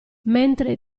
mentre